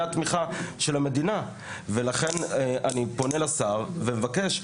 התמיכה של המדינה ולכן אני פונה לשר ומבקש,